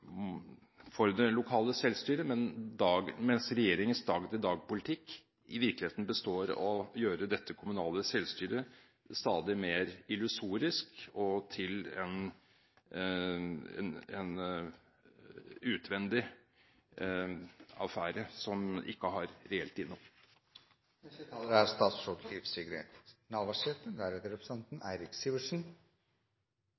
for det lokale selvstyret, mens regjeringens dag-etter-dag-politikk i virkeligheten består i å gjøre det kommunale selvstyret stadig mer illusorisk og til en utvendig affære som ikke har reelt innhold. Det er